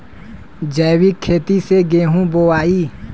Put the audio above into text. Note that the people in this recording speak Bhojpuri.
जैविक खेती से गेहूँ बोवाई